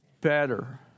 Better